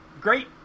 Great